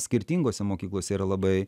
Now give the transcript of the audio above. skirtingose mokyklose yra labai